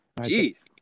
Jeez